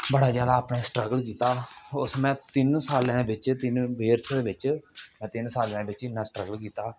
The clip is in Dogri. बडा ज्यादा अपने स्ट्रगल कीता उस च में तिन सालें दे बिच तिन इयरस दे बिच तिन सालें दे बिच इन्ना स्ट्रगल कीता